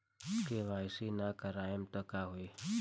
KYC ना करवाएम तब का होई?